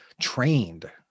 trained